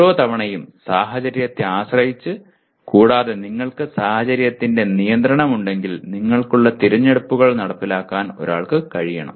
ഓരോ തവണയും സാഹചര്യത്തെ ആശ്രയിച്ച് കൂടാതെ നിങ്ങൾക്ക് സാഹചര്യത്തിന്റെ നിയന്ത്രണം ഉണ്ടെങ്കിൽ നിങ്ങൾക്കുള്ള തിരഞ്ഞെടുപ്പുകൾ നടപ്പിലാക്കാൻ ഒരാൾക്ക് കഴിയണം